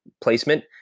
placement